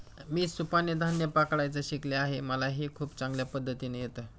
मी सुपाने धान्य पकडायचं शिकले आहे मला हे खूप चांगल्या पद्धतीने येत